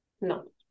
no